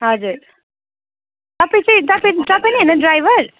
हजुर तपाईँ चाहिँ तपाईँ तपाईँ नै हैन ड्राइभर